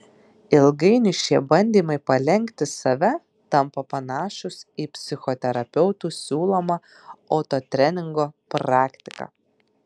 ilgainiui šie bandymai palenkti save tampa panašūs į psichoterapeutų siūlomą autotreningo praktiką